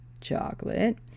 chocolate